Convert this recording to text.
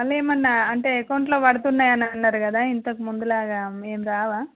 మళ్ళీ ఎమన్నా అంటే అకౌంట్లొ పడుతున్నాయి అని అన్నారు కదా ఇంతకు ముందు లాగా ఏం రావా